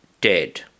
dead